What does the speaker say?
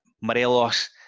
Morelos